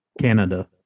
Canada